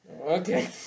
Okay